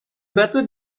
bateaux